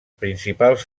principals